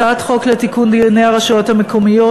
הצעת חוק לתיקון דיני הרשויות המקומיות